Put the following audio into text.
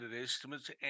estimates